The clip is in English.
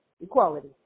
Equality